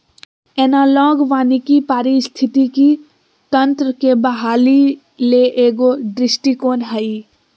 analogue वानिकी पारिस्थितिकी तंत्र के बहाली ले एगो दृष्टिकोण हइ